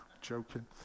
Joking